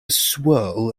swirl